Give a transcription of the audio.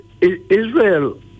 Israel